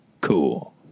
cool